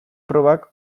probak